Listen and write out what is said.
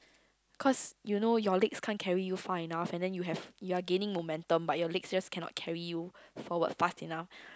cause you know your legs can't carry you far enough and then you have you are gaining momentum but your legs just cannot carry you forward fast enough